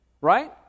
Right